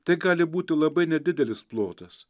tai gali būti labai nedidelis plotas